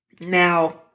Now